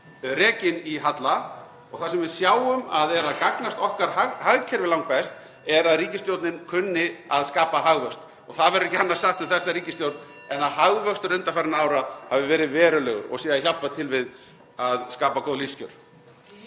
rekinn í halla og það sem við sjáum að er að gagnast okkar hagkerfi langbest er að ríkisstjórnin kunni að skapa hagvöxt. Það verður ekki annað sagt um þessa ríkisstjórn en að hagvöxtur undanfarinna ára hafi verið verulegur og sé að hjálpa til við að skapa góð lífskjör.